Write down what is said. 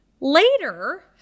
Later